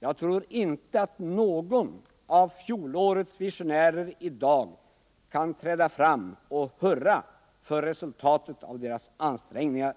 Jag tror inte att någon av fjolårets visionärer i dag kan träda fram och hurra för resultatet av sina ansträngningar.